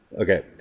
Okay